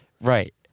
Right